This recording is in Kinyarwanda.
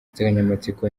insanganyamatsiko